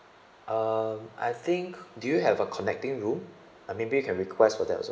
um I think do you have a connecting room uh maybe we can request for that also